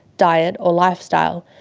diet, or lifestyle,